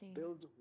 build